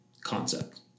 concept